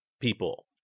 people